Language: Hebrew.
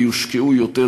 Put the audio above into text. ויושקעו יותר,